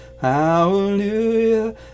hallelujah